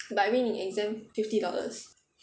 but I mean 你 exam fifty dollars